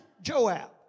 Joab